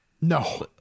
no